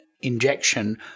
injection